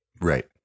Right